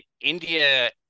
india